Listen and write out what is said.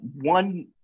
one